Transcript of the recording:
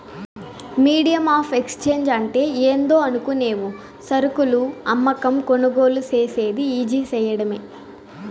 medium of exchange అంటే ఏందో అనుకునేవు సరుకులు అమ్మకం, కొనుగోలు సేసేది ఈజీ సేయడమే